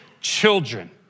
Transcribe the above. children